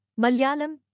Malayalam